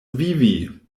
vivi